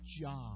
job